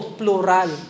plural